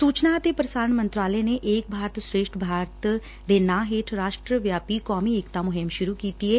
ਸੁਚਨਾ ਅਤੇ ਪ੍ਸਾਰਣ ਮੰਤਰਾਲੇ ਨੇ ਏਕ ਭਾਰਤ ਸ੍ਰੇਸ਼ਟ ਭਾਰਤ ਦੇ ਨਾਂ ਹੇਠ ਰਾਸ਼ਟਰ ਵਿਆਪੀ ਕੌਮੀ ਏਕਤਾ ਮੁਹਿੰਮ ਸੁਰੁ ਕੀਤੀ ਏ